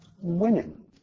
women